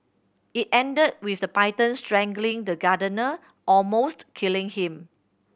it ended with the python strangling the gardener almost killing him